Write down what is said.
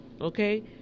Okay